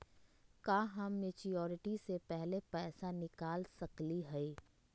का हम मैच्योरिटी से पहले पैसा निकाल सकली हई?